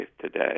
today